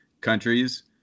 countries